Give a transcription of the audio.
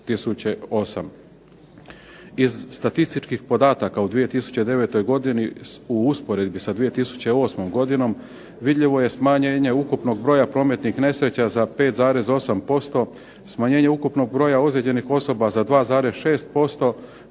Iz statističkih podataka u 2009. godini u usporedbi sa 2008. godinom vidljivo je smanjenje ukupnog broja prometnih nesreća za 5,8%, smanjenje ukupnog broja ozlijeđenih osoba za 2,6%